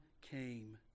came